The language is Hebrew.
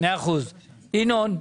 תודה.